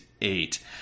Eight